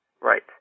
right